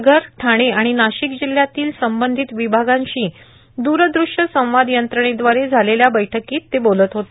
पालघर ठाणे आणि नाशिक जिल्ह्यातल्या संबंधित विभागांशी दूरदृश्य संवाद यंत्रणेद्वारे झालेल्या बैठकीत ते बोलत होते